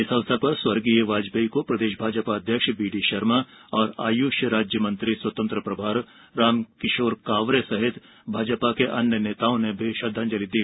इस अवसर पर स्वर्गीय वाजपेयी को प्रदेश भाजपा अध्यक्ष बीडी शर्मा और आयुष राज्य मंत्री स्वतंत्र प्रभार रामकिशोर कावरे सहित भाजपा के अन्य नेताओं ने श्रद्धांजलि दी